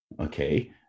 okay